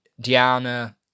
Diana